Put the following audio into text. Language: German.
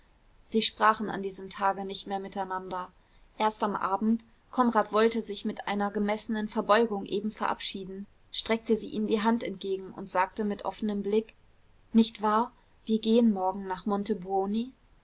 sie sprachen an diesem tage nicht mehr miteinander erst am abend konrad wollte sich mit einer gemessenen verbeugung eben verabschieden streckte sie ihm die hand entgegen und sagte mit offenem blick nicht wahr wir gehen morgen nach